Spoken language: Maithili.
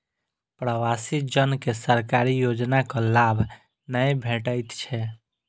प्रवासी जन के सरकारी योजनाक लाभ नै भेटैत छै